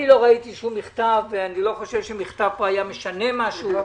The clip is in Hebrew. אני לא ראיתי שום מכתב ואני לא חושב שמכתב היה משנה משהו.